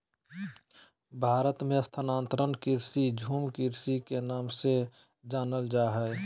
भारत मे स्थानांतरण कृषि, झूम कृषि के नाम से जानल जा हय